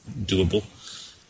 doable